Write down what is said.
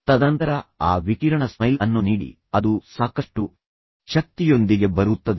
ತದನಂತರ ಆ ವಿಕಿರಣ ಸ್ಮೈಲ್ ಅನ್ನು ನೀಡಿ ಅದು ಸಾಕಷ್ಟು ಶಕ್ತಿಯೊಂದಿಗೆ ಬರುತ್ತದೆ